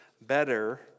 better